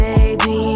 Baby